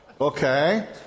Okay